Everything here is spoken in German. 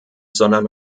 sondern